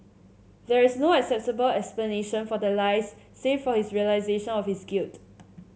there is no acceptable explanation for the lies save for his realisation of his guilt